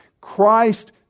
Christ